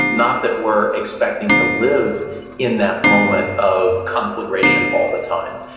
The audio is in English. not that we're expecting to live in that moment of conflagration all the time,